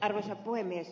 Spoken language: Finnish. arvoisa puhemies